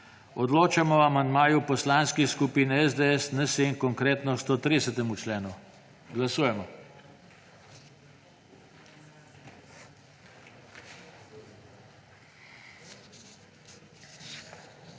Odločamo o amandmaju poslanskih skupin SDS, NSi in Konkretno k 260. členu. Glasujemo.